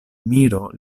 miro